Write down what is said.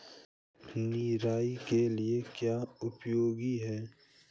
निराई के लिए क्या उपयोगी है?